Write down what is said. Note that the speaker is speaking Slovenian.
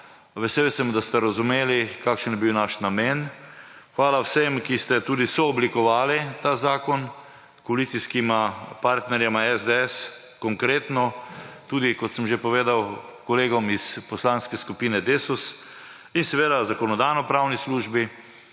Vesel sem, da ste razumeli kakšen je bil naš namen. Hvala vsem, ki ste tudi sooblikovali ta zakon, koalicijskima partnerjema SDS, Konkretno, tudi kot sem že povedal kolegom iz Poslanske skupine DeSUS in seveda Zakonodajno-pravni službi,